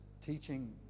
teaching